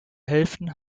hälften